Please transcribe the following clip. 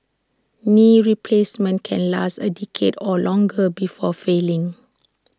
knee replacements can last A decade or longer before failing